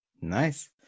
Nice